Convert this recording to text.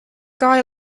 guy